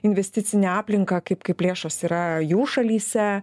investicinę aplinką kaip kaip lėšos yra jų šalyse